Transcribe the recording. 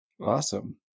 Awesome